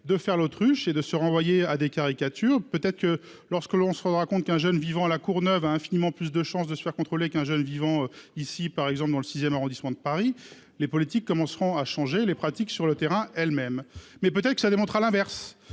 de faire l'autruche et de se renvoyer à des caricatures peut-être que lorsque l'on se rendra compte qu'un jeune vivant à La Courneuve a infiniment plus de chances de se faire contrôler qu'un jeune vivant ici par exemple dans le 6ème arrondissement de Paris, les politiques commenceront à changer les pratiques sur le terrain, elles-mêmes, mais peut-être que ça démontre, à l'inverse